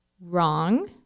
wrong